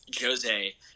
Jose